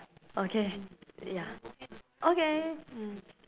okay ya okay mm